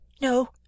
No